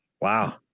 Wow